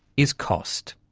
is cost.